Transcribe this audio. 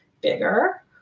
bigger